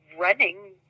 running